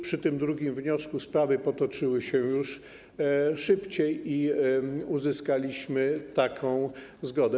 Przy tym drugim wniosku sprawy potoczyły się już szybciej i uzyskaliśmy taką zgodę.